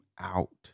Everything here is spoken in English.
out